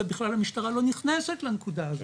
זה בכלל המשטרה לא נכנסת לנקודה הזאת,